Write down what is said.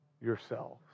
yourselves